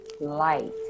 light